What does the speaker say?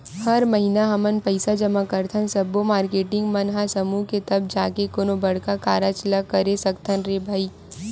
हर महिना हमन पइसा जमा करथन सब्बो मारकेटिंग मन ह समूह के तब जाके कोनो बड़का कारज ल करे सकथन रे भई